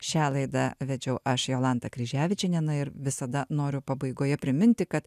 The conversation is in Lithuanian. šią laidą vedžiau aš jolanta kryževičienė na ir visada noriu pabaigoje priminti kad